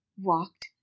walked